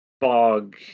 fog